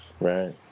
Right